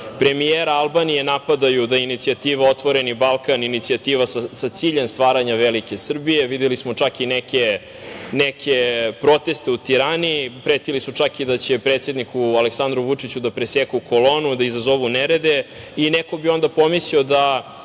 kompanija. Premijera Albanije napadaju da inicijativa „otvoreni Balkan“ inicijativa sa ciljem stvaranja velike Srbije. Videli smo čak i neke proteste u Tirani. Pretili su čak da će predsedniku Aleksandru Vučiću da preseku kolonu, da izazovu nerede i neko bi onda pomislio da